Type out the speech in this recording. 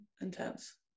intense